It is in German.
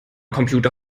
computer